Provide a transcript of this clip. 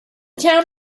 town